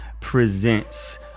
Presents